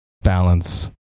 balance